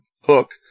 hook